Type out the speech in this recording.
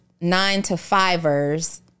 nine-to-fivers